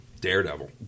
Daredevil